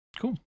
cool